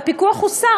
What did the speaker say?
והפיקוח הוסר,